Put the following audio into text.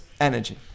energy